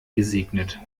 gesegnet